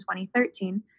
2013